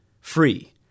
free